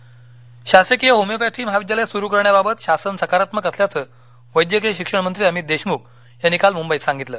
जीवनगौरव प्रस्कार शासकीय होमिओपॅथी महाविद्यालय सुरु करण्याबाबत शासन सकारात्मक असल्याचं वैद्यकीय शिक्षणमंत्री अमित देशमुख यांनी काल मुंबईत सांगितलं